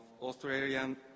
Australian